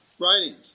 writings